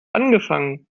angefangen